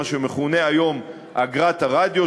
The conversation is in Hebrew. או מה שמכונה היום "אגרת הרדיו",